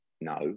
no